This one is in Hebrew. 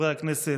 חברי הכנסת,